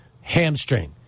Hamstring